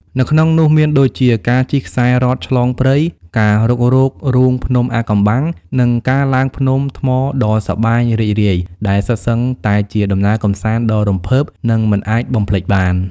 នៅក្នុងនោះមានដូចជាការជិះខ្សែរ៉កឆ្លងព្រៃ ការរុករករូងភ្នំអាថ៌កំបាំង និងការឡើងភ្នំថ្មដ៏សប្បាយរីករាយ ដែលសុទ្ធសឹងតែជាដំណើរកម្សាន្តដ៏រំភើបនិងមិនអាចបំភ្លេចបាន។